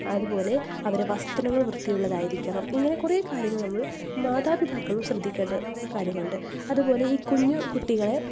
അതുപോലെ അവരുടെ വസ്ത്രങ്ങൾ വൃത്തിയുള്ളതായിരിക്കണം ഇങ്ങനെ കുറേ കാര്യങ്ങൾ നമ്മൾ മാതാപിതാക്കളും ശ്രദ്ധിക്കേണ്ട കാര്യമുണ്ട് അതുപോലെ ഈ കുഞ്ഞു കുട്ടികളെ